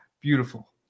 Beautiful